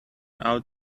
out